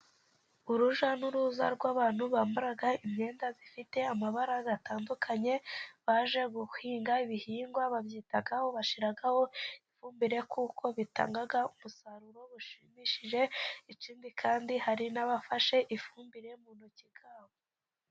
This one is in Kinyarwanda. Uruja n'uruza rw'abantu bambara imyenda ifite amabara atandukanye, baje guhinga ibihingwa, babyitaho, bashyiraho ifumbire kuko bitanga umusaruro ushimishije. Ikindi kandi hari n'abafashe ifumbire mu ntoki zabo.